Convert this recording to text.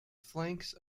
flanks